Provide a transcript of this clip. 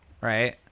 right